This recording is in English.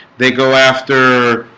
they go after